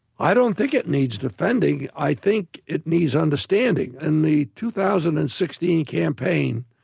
i don't think it needs defending. i think it needs understanding. in the two thousand and sixteen campaign,